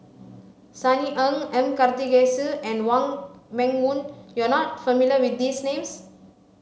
Sunny Ang M Karthigesu and Wong Meng Voon you are not familiar with these names